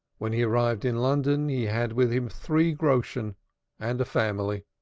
when he arrived in london he had with him three groschen and a family.